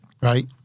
Right